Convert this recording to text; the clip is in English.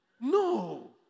No